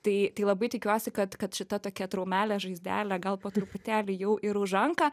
tai tai labai tikiuosi kad kad šita tokia traumelė žaizdelė gal po truputėlį jau ir užanka